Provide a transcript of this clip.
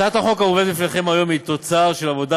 הצעת החוק המובאת בפניכם היום היא תוצר של עבודה